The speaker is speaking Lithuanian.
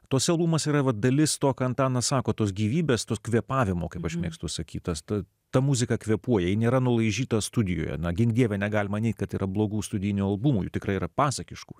socialumas yra dalis to ką antanas sako tos gyvybės tos kvėpavimo kaip užmegzti užsakytas tad ta muzika kvėpuoja nėra nulaižyto studijoje nuo gink dieve negalima nei kad yra blogų studijinių albumų tikrai yra pasakiškų